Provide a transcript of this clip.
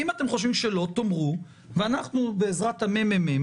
אם אתם חושבים שלא, תאמרו, ואנחנו, בעזרת המ.מ.מ.